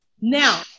Now